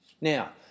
Now